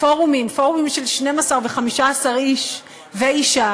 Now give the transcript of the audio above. על הפורומים, פורומים של 12 ו-15 איש ואישה,